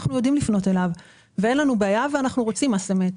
אנחנו יודעים לפנות אליו ואין לנו בעיה ואנחנו רוצים מס אמת.